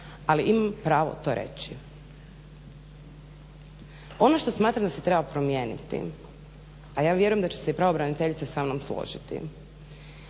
ali imam pravo to reći. Ono što smatram da se treba promijeniti, a ja vjerujem da će se i pravobraniteljica sa mnom složiti,